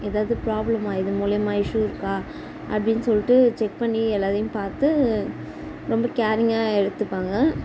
ஏதாவது ப்ராப்ளமா இதன் மூலமா இஸ்யூ இருக்கா அப்படீன்னு சொல்லிட்டு செக் பண்ணி எல்லாரையும் பார்த்து ரொம்ப கேரிங்காக எடுத்துப்பாங்க